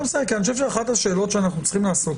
בסדר, כי אני חושב שאנחנו צריכים לעסוק